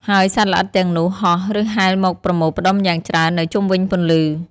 ហើយសត្វល្អិតទាំងនេះហោះ ឬហែលមកប្រមូលផ្តុំយ៉ាងច្រើននៅជុំវិញពន្លឺ។